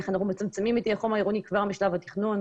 איך אנחנו מצמצמים את איי החום העירוני כבר משלב התכנון.